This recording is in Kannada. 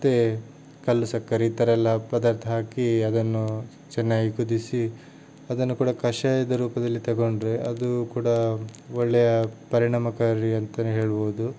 ಮತ್ತು ಕಲ್ಲುಸಕ್ಕರೆ ಈ ಥರಯೆಲ್ಲ ಪದಾರ್ಥ ಹಾಕಿ ಅದನ್ನು ಚೆನ್ನಾಗಿ ಕುದಿಸಿ ಅದನ್ನು ಕೂಡ ಕಷಾಯದ ರೂಪದಲ್ಲಿ ತಗೊಂಡ್ರೆ ಅದು ಕೂಡ ಒಳ್ಳೆಯ ಪರಿಣಾಮಕಾರಿ ಅಂತಾನೇ ಹೇಳ್ಬೋದು